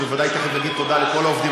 בוודאי תכף יגיד תודה לכל העובדים.